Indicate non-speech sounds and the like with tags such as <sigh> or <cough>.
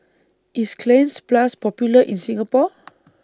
IS Cleanz Plus Popular in Singapore <noise>